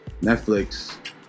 Netflix